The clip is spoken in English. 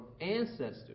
ancestors